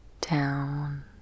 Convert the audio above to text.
down